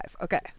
okay